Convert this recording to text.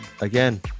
again